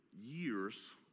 years